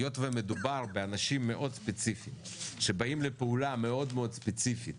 היות ומדובר באנשים מאוד ספציפיים שבאים לפעולה מאוד מאוד ספציפית,